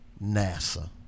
NASA